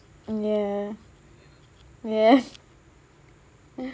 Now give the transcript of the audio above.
mm ya ya